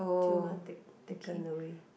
舅妈 take taken away